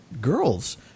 girls